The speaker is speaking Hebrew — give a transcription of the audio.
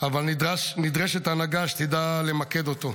אבל נדרשת הנהגה שתדע למקד אותו.